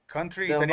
Country